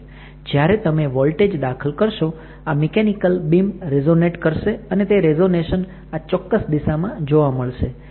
જ્યારે તમે વોલ્ટેજ દાખલ કરશો આ મિકૅનિકલ બીમ રેઝોનેટ કરશે અને તે રેઝોનેશન આ ચોક્કસ દિશામાં જોવા મળશે